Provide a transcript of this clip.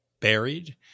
buried